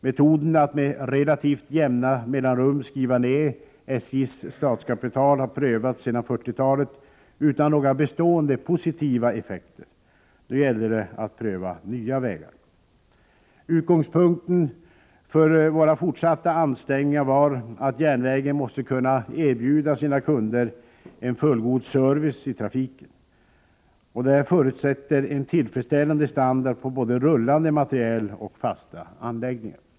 Metoden att med relativt jämna mellanrum skriva ned SJ:s statskapital har prövats sedan 1940-talet utan några bestående positiva effekter. Nu gällde det att pröva nya vägar. Utgångspunkten för våra fortsatta ansträngningar var att järnvägen måste kunna erbjuda sina kunder en fullgod service i trafiken. Detta förutsätter en tillfredsställande standard på både rullande materiel och fasta anläggningar.